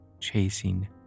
chasing